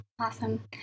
Awesome